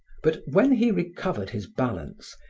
but when he recovered his balance,